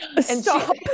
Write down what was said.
Stop